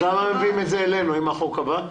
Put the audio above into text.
למה מביאים את זה אלינו אם החוק קבע?